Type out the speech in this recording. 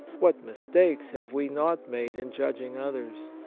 what mistakes have we not made in judging others!